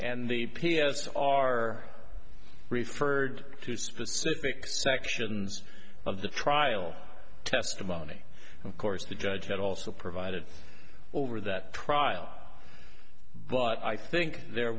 and the p s are referred to specific sections of the trial testimony of course the judge had also provided over that trial but i think there